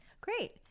Great